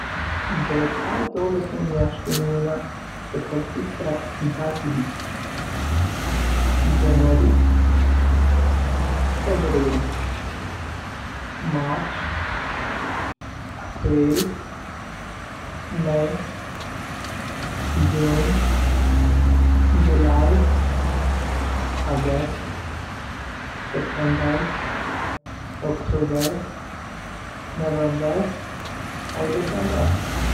د کال د دولسو میاشتو نومونه په ترتیب سره داسې دي: جنوري، فبروري، مارچ، اپریل، می، جون، جولای، اګسټ، سپتمبر، اکتوبر، نومبر، او دسمبر.